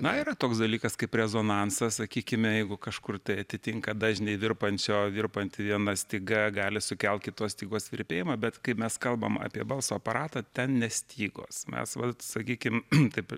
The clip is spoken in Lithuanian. na yra toks dalykas kaip rezonansas sakykime jeigu kažkur tai atitinka dažniai virpančio virpanti viena styga gali sukelt kitos stygos virpėjimą bet kai mes kalbam apie balso aparatą ten ne stygos mes vat sakykim taip